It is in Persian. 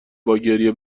باگریه